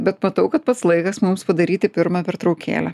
bet matau kad pats laikas mums padaryti pirmą pertraukėlę